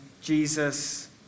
Jesus